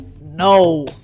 no